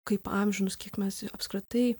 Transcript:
kaip amžinus kiek mes apskritai